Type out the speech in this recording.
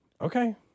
Okay